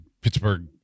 Pittsburgh